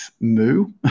Moo